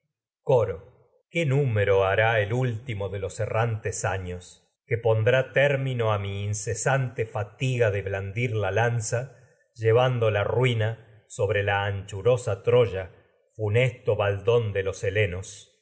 prohiban qué número hará el último de los errantes tragedias de sófocles años que la pondrá lanza término a mi incesante la fatiga de blandir llevando la ruina sobre anchurosa antes ha por troya funesto ber baldón de los helenos